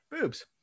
boobs